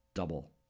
double